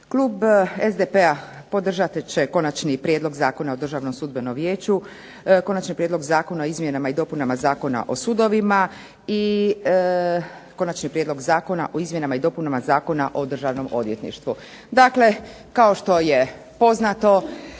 Klub SDP-a podržat će Konačni prijedlog Zakona o Državnom sudbenom vijeću, Konačni prijedlog zakona o izmjenama i dopunama Zakona o sudovima i Konačni prijedlog zakona o izmjenama i dopunama Zakona o Državnom odvjetništvu. Dakle, kao što je poznato